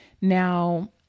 Now